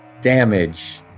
damage